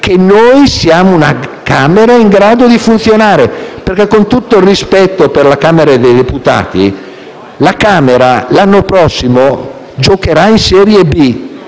che noi siamo una Camera in grado di funzionare perché, con tutto il rispetto per la Camera dei deputati, quest'ultima l'anno prossimo giocherà in serie B